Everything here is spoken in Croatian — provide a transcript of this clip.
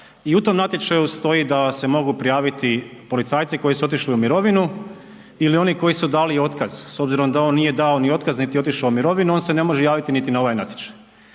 i u tom natječaju stoji da se mogu prijaviti policajci koji su otišli u mirovinu ili oni koji su dali otkaz. S obzirom da on nije dao ni otkaz niti otišao u mirovinu on se ne može javiti niti na ovaj natječaj.